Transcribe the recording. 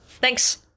Thanks